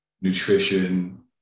nutrition